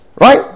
right